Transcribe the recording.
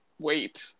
wait